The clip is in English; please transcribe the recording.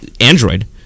Android